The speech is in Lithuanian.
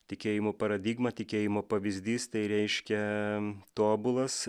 tikėjimo paradigma tikėjimo pavyzdys tai reiškia tobulas